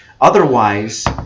Otherwise